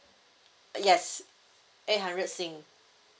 yes eight hundred sing